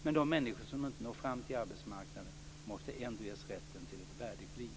Men de människor som inte når fram till arbetsmarknaden måste ändå ges rätten till ett värdigt liv.